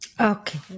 Okay